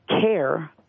care